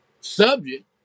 subject